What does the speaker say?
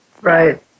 Right